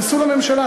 היכנסו לממשלה,